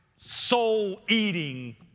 soul-eating